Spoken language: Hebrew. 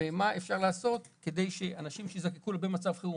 ומה אפשר לעשות כדי שאנשים שיזדקקו לו במצב חירום,